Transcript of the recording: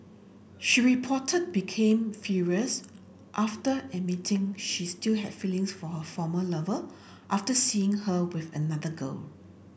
she reportedly became furious after admitting she still had feelings for her former lover after seeing her with another girl